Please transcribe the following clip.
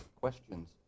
questions